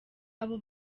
abo